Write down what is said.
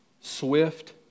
swift